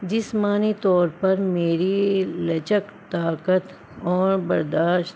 جسمانی طور پر میری لچک طاقت اور برداشت